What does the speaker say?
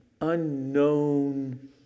unknown